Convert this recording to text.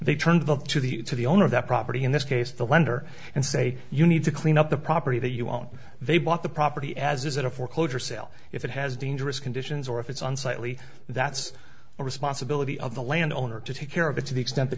they turned the to the to the owner of the property in this case the lender and say you need to clean up the property that you won't they bought the property as is it a foreclosure sale if it has dangerous conditions or if it's unsightly that's the responsibility of the land owner to take care of it to the extent th